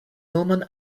nomon